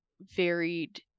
varied